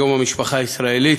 יום המשפחה הישראלית,